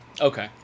Okay